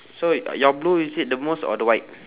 so your blue is it the most or the white